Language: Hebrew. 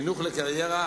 חינוך לקריירה,